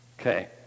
Okay